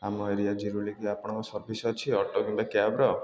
ଆମ ଏରିଆ ଜିରୁଲିକି ଆପଣଙ୍କ ସର୍ଭିସ୍ ଅଛି ଅଟୋ କିମ୍ବା କ୍ୟାବ୍ର